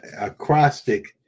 acrostic